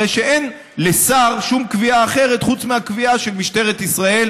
הרי שאין לשר שום קביעה אחרת חוץ מהקביעה של משטרת ישראל,